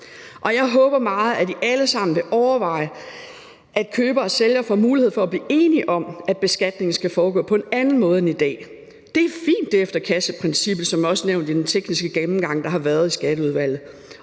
vil overveje, at det skal være sådan, at køber og sælger får mulighed for at blive enige om, at beskatningen skal foregå på en anden måde end i dag. Det er fint, at det er efter kasseprincippet som også nævnt i den tekniske gennemgang, der har været i Skatteudvalget.